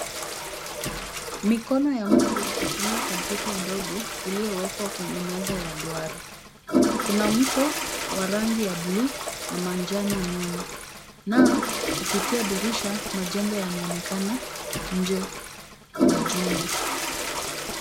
Mikono ya mtu ikitumia kompyuta ndogo iliyowekwa kwenye meza ya duara. Kuna mto wa rangi ya buluu na manjano nyuma na kupitia dirisha majengo yanaonekana nje ya jumba.